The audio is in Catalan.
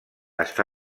està